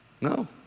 No